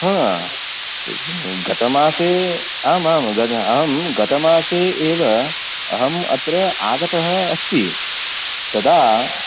हा गतमासे आमाम् अहं गतमासे एव अहम् अत्र आगतः अस्मि तदा